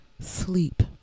sleep